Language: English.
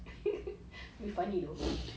funny though